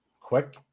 quick